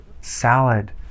salad